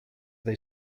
they